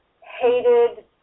hated